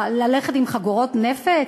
ללכת עם חגורות נפץ?